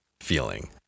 feeling